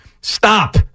Stop